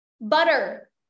Butter